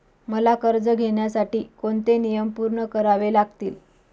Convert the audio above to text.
मला कर्ज घेण्यासाठी कोणते नियम पूर्ण करावे लागतील?